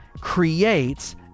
creates